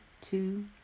two